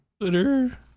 Twitter